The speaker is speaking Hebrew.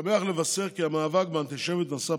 אני שמח לבשר כי המאבק באנטישמיות נשא פרי,